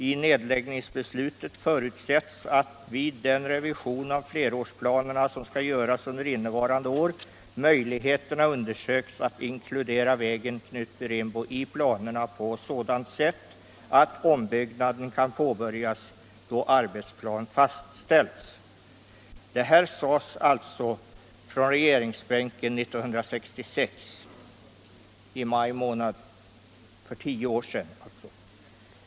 I nedläggningsbeslutet föratsätts att vid den revision av flerårsplanerna som skall göras under innevarande år möjligheterna undersöks att inkludera vägen Knutby-Rimbo i planerna på sådant sätt att ombyggnaden kan påbörjas då arbetsplan fastställts.” Detta sades alltså från regeringsbänken i maj 1966 — för tio år sedan.